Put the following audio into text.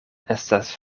estas